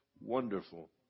wonderful